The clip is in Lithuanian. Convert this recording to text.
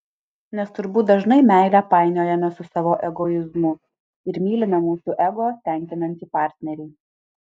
nes turbūt dažnai meilę painiojame su savo egoizmu ir mylime mūsų ego tenkinantį partnerį